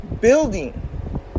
building